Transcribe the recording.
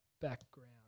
Background